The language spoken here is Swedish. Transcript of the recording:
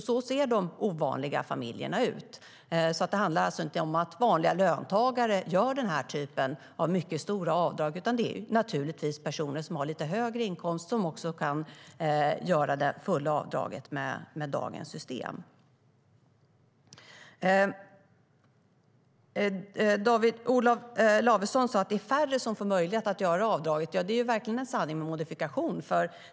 Så ser de ovanliga familjerna ut. Olof Lavesson sa att det är färre som får möjlighet att göra avdrag. Det är verkligen en sanning med modifikation.